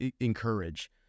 encourage